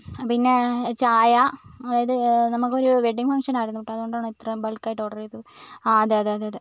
പിന്നെ ചായ അതായത് നമുക്ക് ഒരു വെഡിങ് ഫംഗ്ഷൻ ആയിരുന്നു കേട്ടോ അതുകൊണ്ടാണ് ഇത്രയും ബൾക്ക് ആയിട്ട് ഓർഡർ ചെയ്തത് ആ അതെ അതെ അതെ അതെ